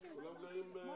אבל כולם גרים ב